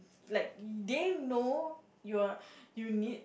like they know you're you need